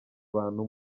bantu